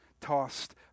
tossed